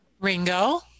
Ringo